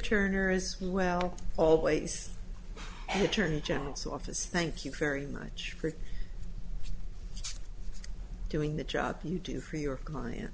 turner as well always an attorney general's office thank you very much for doing the job you do for your client